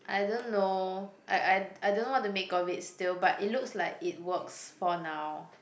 I don't know I I I don't know what to make of it still but it looks like it works for now